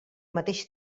mateix